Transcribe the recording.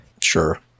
sure